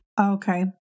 Okay